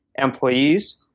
employees